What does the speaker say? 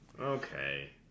Okay